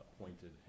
appointed